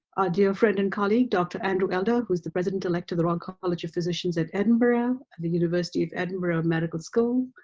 dear friend and colleague dr. andrew elder who's the president-elect to the royal college of physicians at edinburgh, at the university of edinburgh medical school.